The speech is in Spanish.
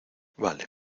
vale